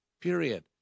period